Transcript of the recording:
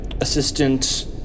assistant